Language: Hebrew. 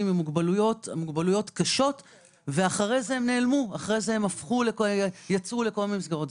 עם מוגבלויות קשות ואחרי זה הם נעלמו כי יצאו לכל מיני מסגרות.